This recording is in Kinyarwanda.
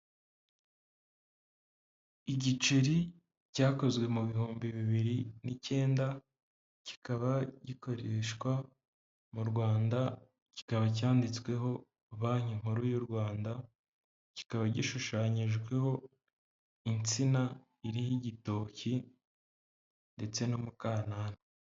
Igiceri cyakozwe mu bihumbi bibiri n'icyenda, kikaba gikoreshwa mu Rwanda, kikaba cyanditsweho banki nkuru y'u Rwanda, kikaba gishushanyijweho insina iriho igitoki ndetse n'umukanana.